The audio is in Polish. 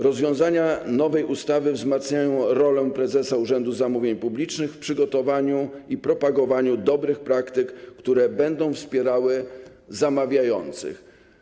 Rozwiązania nowej ustawy wzmacniają rolę prezesa Urzędu Zamówień Publicznych w przygotowaniu i propagowaniu dobrych praktyk, które będą wspierały zamawiających.